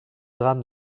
drames